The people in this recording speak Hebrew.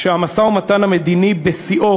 כשהמשא-ומתן המדיני בשיאו,